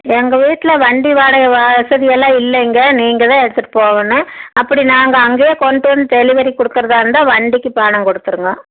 எங்கள் வீட்டில் வண்டி வாடகை வசதியெல்லாம் இல்லைங்க நீங்கள் தான் எடுத்துகிட்டு போகணும் அப்படி நாங்கள் அங்கேயே கொண்டுட்டு வந்து டெலிவரி கொடுக்கறதா இருந்தா வண்டிக்கு பணம் கொடுத்துடுங்க